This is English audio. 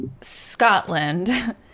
Scotland